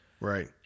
Right